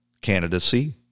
candidacy